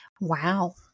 wow